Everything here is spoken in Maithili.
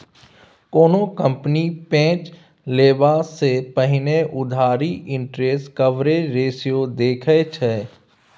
कोनो कंपनी पैंच लेबा सँ पहिने उधारी इंटरेस्ट कवरेज रेशियो देखै छै